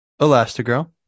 Elastigirl